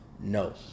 No